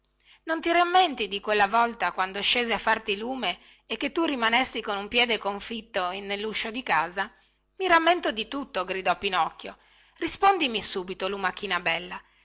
non ti rammenti di quella volta quando scesi a farti lume e che tu rimanesti con un piede confitto nelluscio di casa i rammento di tutto gridò pinocchio rispondimi subito lumachina bella